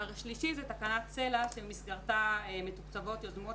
השלישי זה תקנת סל"ע שבמסגרתה מתוקצבות יוזמות